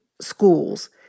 schools